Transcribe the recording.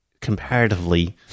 comparatively